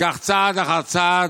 כך, צעד אחר צעד,